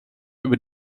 über